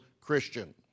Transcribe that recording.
Christian